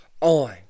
on